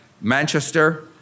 Manchester